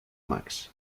max